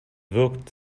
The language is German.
wirkt